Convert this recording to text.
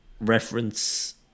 reference